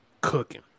Cooking